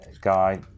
guy